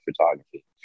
photography